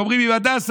גומרים עם הדסה,